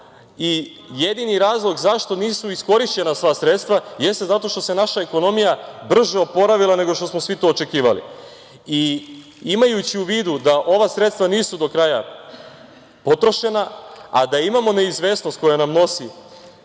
Jedini razlog zašto nisu iskorišćena sva sredstva jeste zato što se naša ekonomija brže oporavila nego što smo vi to očekivali. Imajući u vidu da ova sredstva nisu do kraja potrošena, a da imamo neizvesnost koja nam nosi